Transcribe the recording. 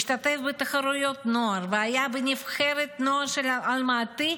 השתתף בתחרויות נוער והיה בנבחרת נוער של אלמטי,